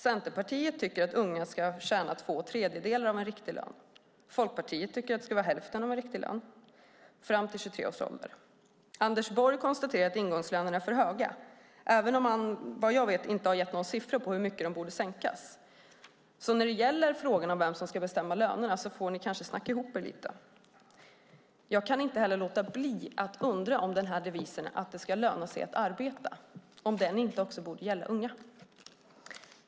Centerpartiet tycker att unga ska tjäna två tredjedelar av en riktig lön, och Folkpartiet tycker att det ska vara hälften av en riktig lön fram till 23 års ålder. Anders Borg konstaterar att ingångslönerna är för höga, även om han vad jag vet inte har gett några siffror på hur mycket de borde sänkas. När det gäller frågan om vem som ska bestämma lönerna får ni alltså kanske snacka ihop er lite. Jag kan inte heller låta bli att undra om devisen att det ska löna sig att arbeta inte borde gälla också unga?